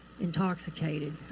intoxicated